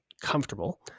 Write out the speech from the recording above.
comfortable